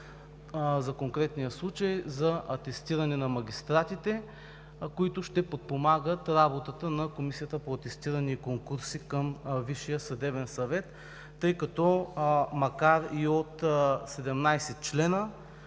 за конкретния случай за атестиране на магистратите, които ще подпомагат работата на Комисията по атестиране и конкурси към Висшия съдебен съвет, тъй като макар и от 17 члена